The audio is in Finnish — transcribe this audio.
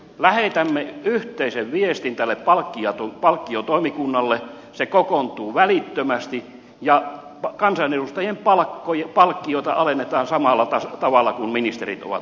lähetämme yhteisen viestin tälle palkkiotoimikunnalle se kokoontuu välittömästi ja kansanedustajien palkkiota alennetaan samalla tavalla kuin ministerit ovat nyt päättäneet alentaa